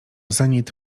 zenit